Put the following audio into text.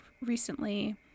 recently